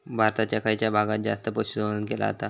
भारताच्या खयच्या भागात जास्त पशुसंवर्धन केला जाता?